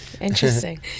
Interesting